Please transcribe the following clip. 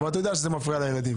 אבל אתה יודע שזה מפריע לילדים.